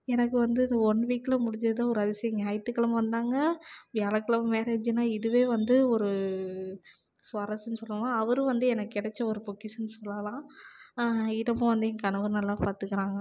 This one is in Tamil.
எனக்கு வந்து ஒன் வீக்கில் முடித்ததுதான் ஒரு அதிசயம் ஞாயிற்றுக் கெழமை வந்தாங்க வியாழக் கெழமை மேரேஜுனா இதுவே வந்து ஒரு சுவாரஸ்யம்னு சொல்லலாம் அவரும் வந்து எனக்கு கெடைச்ச ஒரு பொக்கிஷம்னு சொல்லலாம் இன்னமும் வந்து என் கணவர் நல்லா பாத்துக்கிறாங்க